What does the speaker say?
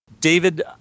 David